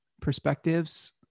perspectives